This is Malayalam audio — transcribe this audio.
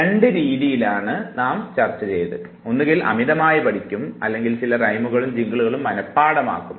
രണ്ടു രീതികളാണ് നാം ചർച്ച ചെയ്തത് ഒന്നുകിൽ അമിതമായി പഠിക്കും അല്ലെങ്കിൽ ചില റൈമുകളും ജിങ്കിളുകളും മനഃപാഠമാക്കും